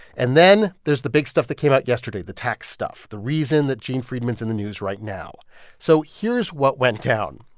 and then there's the big stuff that came out yesterday the tax stuff, the reason that gene friedman's in the news right now so here's what went down.